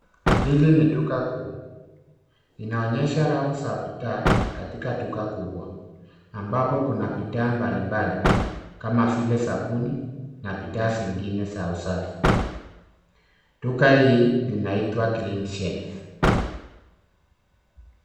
Hiki ni duka kuu. Inaonyesha rafu za bidhaa katika duka kubwa ambapo kuna bidhaa mbalimbali kama vile sabuni na bidhaa zingine za usafi. Duka hii linaitwa cleanshelf.